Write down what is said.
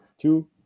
two